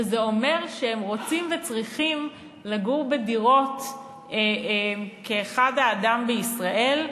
וזה אומר שהם רוצים וצריכים לגור בדירות כאחד האדם בישראל.